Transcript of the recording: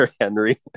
Henry